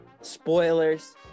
spoilers